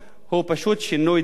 שינוי בשיטות החינוך,